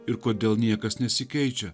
ir kodėl niekas nesikeičia